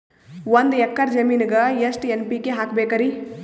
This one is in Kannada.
ಒಂದ್ ಎಕ್ಕರ ಜಮೀನಗ ಎಷ್ಟು ಎನ್.ಪಿ.ಕೆ ಹಾಕಬೇಕರಿ?